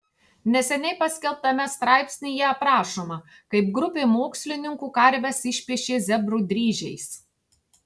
neseniai paskelbtame straipsnyje aprašoma kaip grupė mokslininkų karves išpiešė zebrų dryžiais